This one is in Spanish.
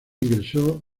ingresó